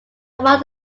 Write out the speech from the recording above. among